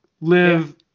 Live